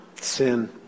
sin